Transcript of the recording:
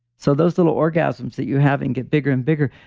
so, those little orgasms that you have and get bigger and bigger,